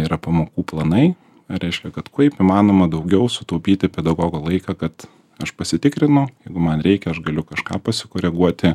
yra pamokų planai reiškia kad kaip įmanoma daugiau sutaupyti pedagogo laiką kad aš pasitikrinu jeigu man reikia aš galiu kažką pasikoreguoti